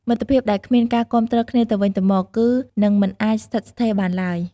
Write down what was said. មិត្តភាពដែលគ្មានការគាំទ្រគ្នាទៅវិញទៅមក គឺនឹងមិនអាចស្ថិតស្ថេរបានឡើយ។